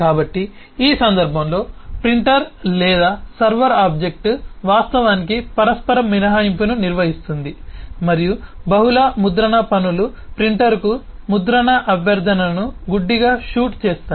కాబట్టి ఈ సందర్భంలో ప్రింటర్ లేదా సర్వర్ ఆబ్జెక్ట్ వాస్తవానికి పరస్పర మినహాయింపును నిర్వహిస్తుంది మరియు బహుళ ముద్రణ పనులు ప్రింటర్కు ముద్రణ అభ్యర్థనను గుడ్డిగా షూట్ చేస్తాయి